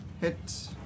hit